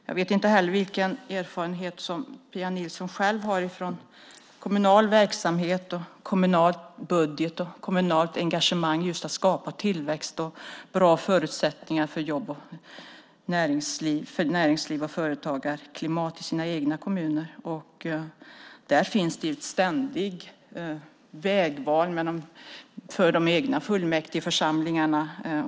Jag vet inte vilken erfarenhet som Pia Nilsson har från kommunal verksamhet, av kommunala budgetar och av kommunalt engagemang att skapa tillväxt och bra förutsättningar för jobb och att skapa ett bra näringslivs och företagarklimat i sin egen kommun. Där finns det ständiga vägval för de egna fullmäktigeförsamlingarna.